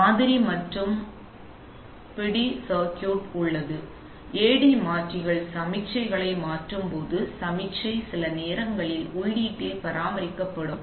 மாதிரி மற்றும் பிடி சர்க்யூட் உள்ளது AD மாற்றிகள் சமிக்ஞையை மாற்றும் போது சமிக்ஞை சில நேரங்களில் உள்ளீட்டில் பராமரிக்கப்படும்